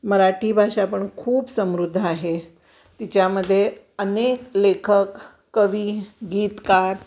मराठी भाषा पण खूप समृद्ध आहे तिच्यामध्ये अनेक लेखक कवी गीतकार